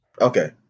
Okay